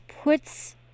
puts